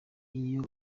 iyo